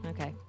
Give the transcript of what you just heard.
okay